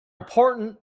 important